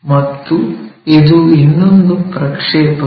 ಮತ್ತು ಇದು ಇನ್ನೊಂದು ಪ್ರಕ್ಷೇಪಗಳು